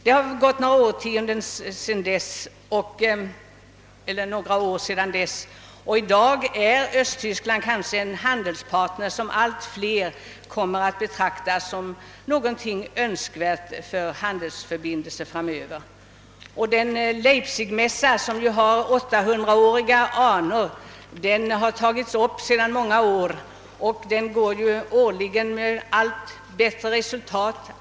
Det har gått några år sedan dess, och i dag är Östtyskland en handelspartner som allt fler önskar knyta handelsförbindelser med. Leipzigmässan, som ju har 800-åriga anor, har tagits upp sedan många år, och resultatet blir allt bättre för varje år.